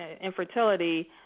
infertility